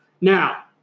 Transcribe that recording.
Now